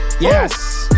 Yes